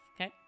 Okay